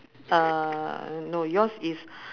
uh no yours is